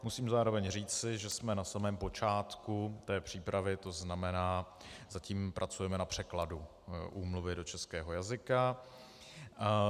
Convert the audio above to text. Musím zároveň říci, že jsme na samém počátku té přípravy, tzn. zatím pracujeme na překladu úmluvy do českého jazyka.